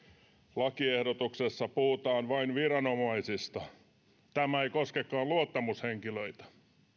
lakiehdotuksessa puhutaan vain viranomaisista tämä ei koskekaan luottamushenkilöitä